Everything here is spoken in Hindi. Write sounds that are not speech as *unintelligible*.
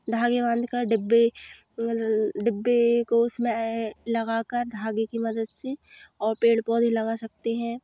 धागे बांधकर डिब्बे *unintelligible* डिब्बे को उसमें लगाकर धागे की मदद से और पेड़ पौधे लगा सकते हैं